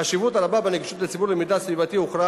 החשיבות הרבה בנגישות המידע הסביבתי לציבור הוכרה